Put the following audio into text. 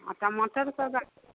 और टमाटर का